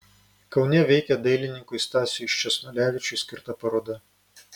kaune veikia dailininkui stasiui sčesnulevičiui skirta paroda